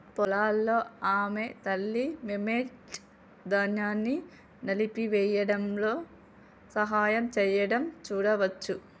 పొలాల్లో ఆమె తల్లి, మెమ్నెట్, ధాన్యాన్ని నలిపివేయడంలో సహాయం చేయడం చూడవచ్చు